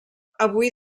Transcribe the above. avui